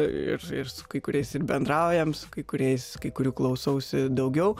ir ir su kai kuriais ir bendraujam su kai kuriais kai kurių klausausi daugiau